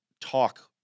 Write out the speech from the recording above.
talk